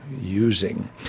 using